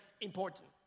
important